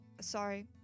sorry